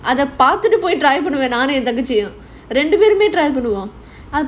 அத பாக்குறப்போ:adha pakurappo try பண்ணுவோம் நானும் என் தங்கச்சியும்:pannuvom naanum en thangachiyum